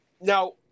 Now